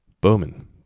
Bowman